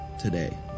today